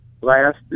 last